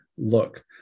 look